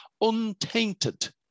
untainted